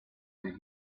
were